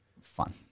fun